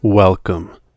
Welcome